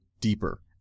deeper